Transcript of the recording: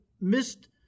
missed